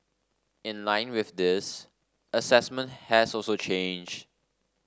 in line with this assessment has also changed